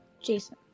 Jason